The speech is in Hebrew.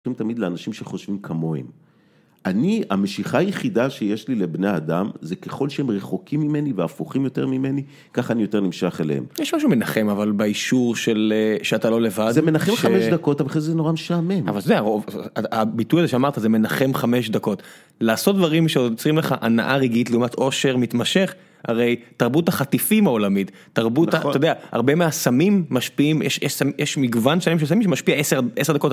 תמיד לאנשים שחושבים כמוהם אני המשיכה היחידה שיש לי לבני אדם זה ככל שהם רחוקים ממני והפוכים יותר ממני ככה אני יותר נמשך אליהם. יש משהו מנחם אבל באישור של שאתה לא לבד. זה מנחם ל-5 דקות אבל אחרי זה זה נורא משעמם. אבל זה לרוב הביטוי הזה שאמרת זה מנחם חמש דקות. לעשות דברים שיוצרים לך הנאה רגעית לעומת אושר מתמשך, הרי תרבות החטיפים העולמית תרבות הרבה מהסמים משפיעים יש שיש מגוון שמשפיע 10 דקות.